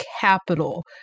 capital